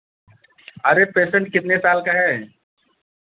अरे पेसेन्ट कितने साल का है